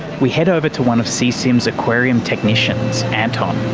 we head over to one of seasim's aquarium technicians, anton.